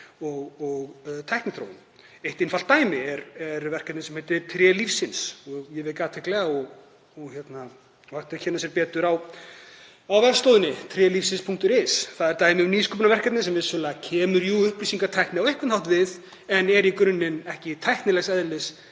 og tækniþróun. Eitt einfalt dæmi er verkefni sem heitir Tré lífsins og ég vek athygli á og hægt að kynna sér betur á vefslóðinni trelifsins.is. Það er dæmi um nýsköpunarverkefni sem vissulega kemur upplýsingatækni á einhvern hátt við en er í grunninn ekki tæknilegs eðlis